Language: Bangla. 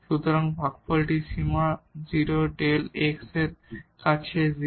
সুতরাং এই ভাগফলটির সীমা 0 Δ x এর কাছে 0